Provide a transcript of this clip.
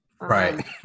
Right